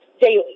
daily